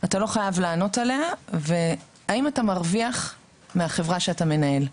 אתה לא חייב לענות עליה: האם אתה מרוויח מהחברה שאתה מנהל?